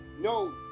No